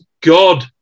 God